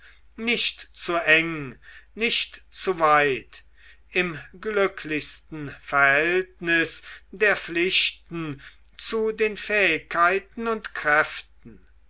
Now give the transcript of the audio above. nicht zu eng nicht zu weit im glücklichsten verhältnis der pflichten zu den fähigkeiten und kräften